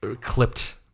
clipped